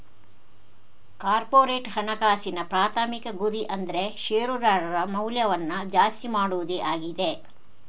corporate ಹಣಕಾಸಿನ ಪ್ರಾಥಮಿಕ ಗುರಿ ಅಂದ್ರೆ ಶೇರುದಾರರ ಮೌಲ್ಯವನ್ನ ಜಾಸ್ತಿ ಮಾಡುದೇ ಆಗಿದೆ